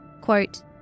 quote